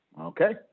okay